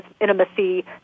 intimacy